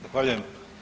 Zahvaljujem.